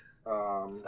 stop